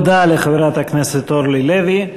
תודה לחברת הכנסת אורלי לוי.